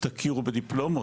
תכירו בדיפלומות.